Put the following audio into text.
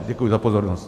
Děkuji za pozornost.